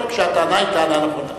הטענה נכונה.